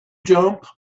jump